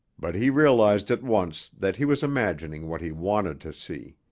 but he realized at once that he was imagining what he wanted to see.